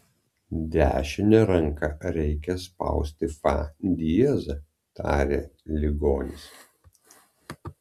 dešine ranka reikia spausti fa diezą tarė ligonis